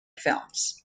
films